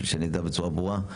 שאני אדע בצורה ברורה.